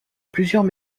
plusieurs